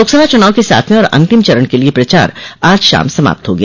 लोकसभा चुनाव के सातवें और अंतिम चरण के लिये प्रचार आज शाम समाप्त हो गया